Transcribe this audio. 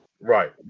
Right